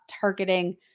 targeting